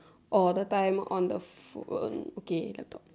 or the time on the phone okay laptop